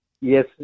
Yes